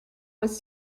was